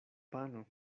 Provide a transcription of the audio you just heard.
pano